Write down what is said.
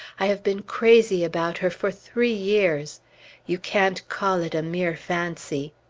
i have been crazy about her for three years you can't call it a mere fancy.